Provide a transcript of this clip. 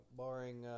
barring